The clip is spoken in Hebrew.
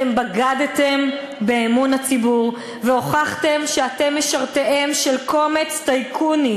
אתם בגדתם באמון הציבור והוכחתם שאתם משרתיהם של קומץ טייקונים.